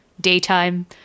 daytime